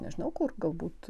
nežinau kur galbūt